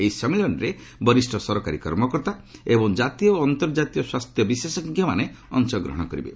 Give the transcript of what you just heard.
ଏହି ସମ୍ମିଳନୀରେ ବରିଷ୍ଣ ସରକାରୀ କର୍ମକର୍ତ୍ତା ଏବଂ ଜାତୀୟ ଓ ଅନ୍ତର୍ଜାତୀୟ ସ୍ୱାସ୍ଥ୍ୟ ବିଶେଷଜ୍ଞମାନେ ଅଂଶଗ୍ରହଣ କରିବେ